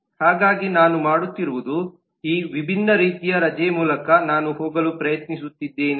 ಹಾಗಾಗಿ ನಾನು ಮಾಡುತ್ತಿರುವುದು ಈ ವಿಭಿನ್ನ ರೀತಿಯ ರಜೆ ಮೂಲಕ ನಾನು ಹೋಗಲು ಪ್ರಯತ್ನಿಸುತ್ತಿದ್ದೇನೆ